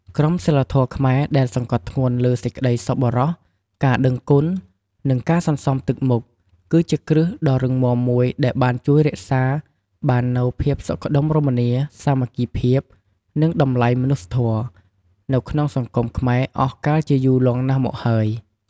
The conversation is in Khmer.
ក្រមសីលធម៌ខ្មែរដែលសង្កត់ធ្ងន់លើ សេចក្តីសប្បុរស ការដឹងគុណ និងការសន្សំទឹកមុខ គឺជាគ្រឹះដ៏រឹងមាំមួយដែលបានជួយរក្សាបាននូវ ភាពសុខដុមរមនា សាមគ្គីភាព និងតម្លៃមនុស្សធម៌ នៅក្នុងសង្គមខ្មែរអស់កាលជាយូរលង់ណាស់មកហើយ។